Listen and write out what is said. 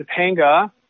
Topanga